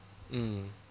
mm